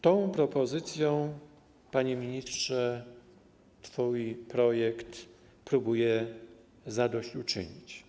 Tą propozycją, panie ministrze, twój projekt próbuje zadośćuczynić.